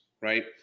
right